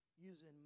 using